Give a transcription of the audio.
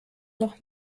noch